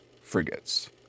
frigates